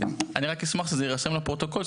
אני רק אשמח שזה יירשם בפרוטוקול,